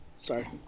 Sorry